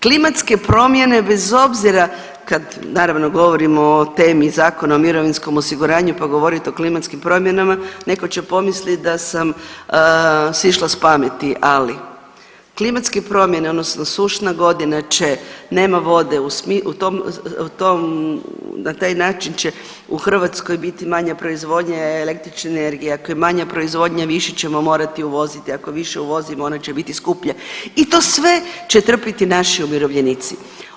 Klimatske promjene bez obzira kad, naravno govorimo o temi Zakona o mirovinskom osiguranju, pa govorit o klimatskim promjenama neko će pomislit da sam sišla s pameti, ali klimatske promjene odnosno sušna godina će, nema vode, u tom, u tom, na taj način će u Hrvatskoj biti manje proizvodnje električne energije, ako je manja proizvodnja više ćemo morati uvoziti, ako više uvozimo onda će biti skuplje i to sve će trpiti naši umirovljenici.